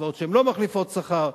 קצבאות שלא מחליפות שכר,